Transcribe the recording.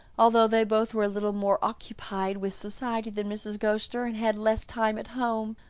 although they both were a little more occupied with society than mrs. gostar and had less time at home.